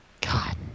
God